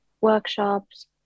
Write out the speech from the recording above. workshops